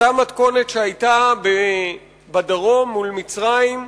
אותה מתכונת שהיתה בדרום מול מצרים,